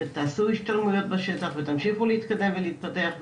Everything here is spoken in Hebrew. ותעשו השתלמויות בשטח ותמשיכו ללמוד ולהתפתח.